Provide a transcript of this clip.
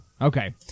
Okay